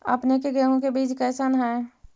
अपने के गेहूं के बीज कैसन है?